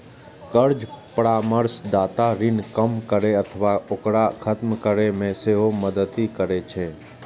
कर्ज परामर्शदाता ऋण कम करै अथवा ओकरा खत्म करै मे सेहो मदति करै छै